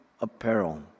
apparel